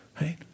right